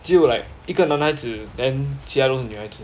就 like 一个男孩子 then 加入那个女孩子